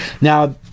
Now